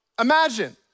Imagine